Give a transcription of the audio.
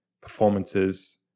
performances